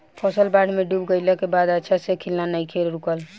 फसल बाढ़ में डूब गइला के बाद भी अच्छा से खिलना नइखे रुकल